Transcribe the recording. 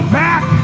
back